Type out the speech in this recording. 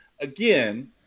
again